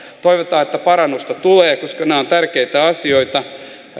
toivotaan että parannusta tulee koska nämä ovat tärkeitä asioita